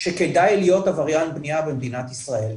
שכדאי להיות עבריין בנייה במדינת ישראל,